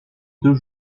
deux